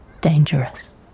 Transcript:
Dangerous